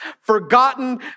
forgotten